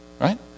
right